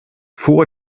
vor